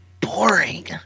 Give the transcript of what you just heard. boring